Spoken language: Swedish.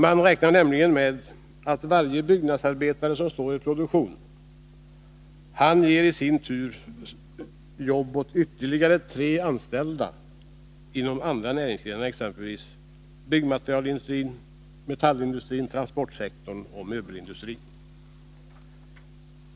Man räknar nämligen med att varje byggnadsarbetare i produktion i sin tur ger jobb åt ytterligare tre anställda inom andra näringsgrenar, exempelvis byggmaterialindustrin, metallindustrin, transportsektorn och möbelindustrin.